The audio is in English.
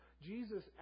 Jesus